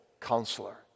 counselor